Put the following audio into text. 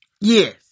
Yes